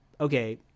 okay